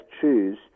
choose